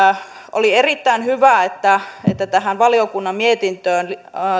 oli erittäin hyvä että tähän valiokunnan mietintöön